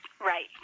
right